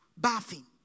bathing